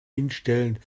hinstellen